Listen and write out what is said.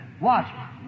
Watch